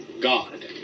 God